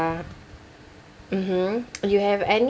mmhmm you have anything